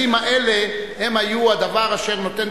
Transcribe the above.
השאלה היא שאלה רצינית,